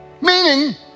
meaning